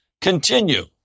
continue